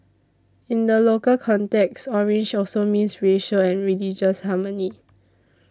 in the local context orange also means racial and religious harmony